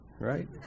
right